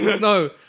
no